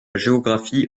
géographie